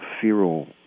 feral